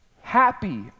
happy